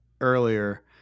earlier